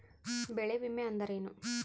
ಬೆಳೆ ವಿಮೆ ಅಂದರೇನು?